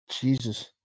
Jesus